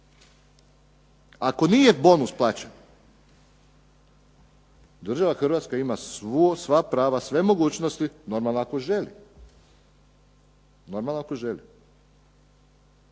Ako nije bonus plaćen država Hrvatska ima sva prava, sve mogućnosti normalno ako želi da raskine